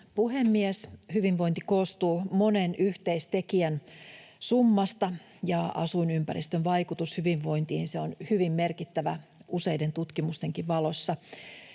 puhemies! Hyvinvointi koostuu monen yhteistekijän summasta, ja asuinympäristön vaikutus hyvinvointiin on hyvin merkittävä useiden tutkimustenkin valossa.